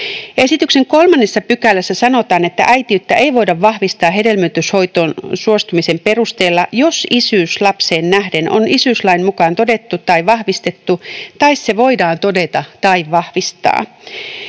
Esityksen 3 §:ssä sanotaan, että äitiyttä ei voida vahvistaa hedelmöityshoitoon suostumisen perusteella, jos isyys lapseen nähden on isyyslain mukaan todettu tai vahvistettu tai se voidaan todeta tai vahvistaa.